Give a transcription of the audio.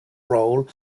role